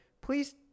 Please